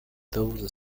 those